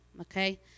okay